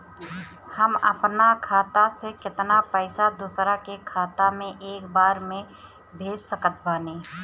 हम अपना खाता से केतना पैसा दोसरा के खाता मे एक बार मे भेज सकत बानी?